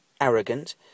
arrogant